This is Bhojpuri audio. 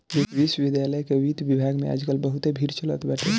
विश्वविद्यालय के वित्त विभाग में आज काल बहुते भीड़ चलत बाटे